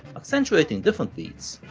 accentuating different beats,